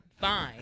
fine